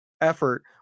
effort